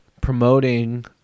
promoting